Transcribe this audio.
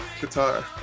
guitar